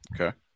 Okay